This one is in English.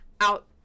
out